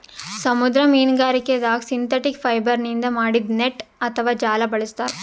ಸಮುದ್ರ ಮೀನ್ಗಾರಿಕೆದಾಗ್ ಸಿಂಥೆಟಿಕ್ ಫೈಬರ್ನಿಂದ್ ಮಾಡಿದ್ದ್ ನೆಟ್ಟ್ ಅಥವಾ ಜಾಲ ಬಳಸ್ತಾರ್